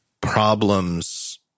problems